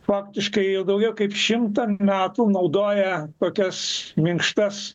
faktiškai jau daugiau kaip šimtą metų naudoja tokias minkštas